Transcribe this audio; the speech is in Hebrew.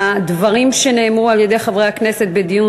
לדברים שנאמרו על-ידי חברי הכנסת בדיון